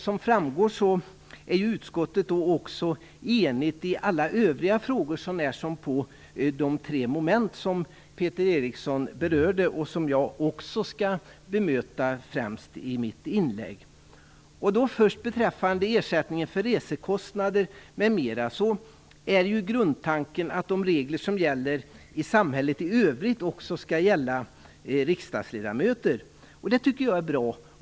Som framgår är utskottet också enigt i alla frågor så när som på de tre moment som Peter Eriksson berörde och som jag främst skall bemöta i mitt inlägg. är grundtanken att de regler som gäller i samhället i övrigt också skall gälla riksdagsledamöter. Det tycker jag är bra.